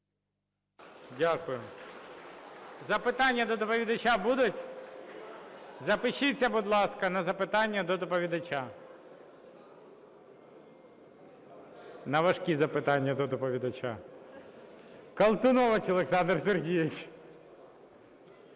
Дякую. Запитання до доповідача будуть? Запишіться, будь ласка, на запитання до доповідача. На важкі запитання до доповідача. Колтунович Олександр Сергійович.